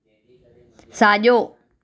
साॼो